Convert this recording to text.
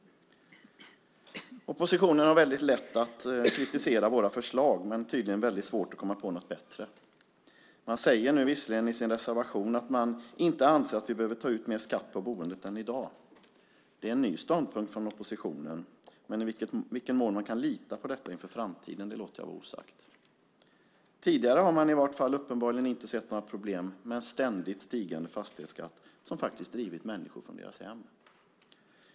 Oppositionen har lätt för att kritisera våra förslag men har tydligen svårt att komma på något bättre. Man säger visserligen i sin reservation att man inte anser att vi behöver ta ut mer skatt på boendet än i dag. Det är en ny ståndpunkt från oppositionen, men i vilken mån man kan lita på detta inför framtiden låter jag vara osagt. Tidigare har man i vart fall uppenbarligen inte sett några problem med en ständigt stigande fastighetsskatt som faktiskt drivit människor från deras hem.